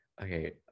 Okay